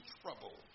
trouble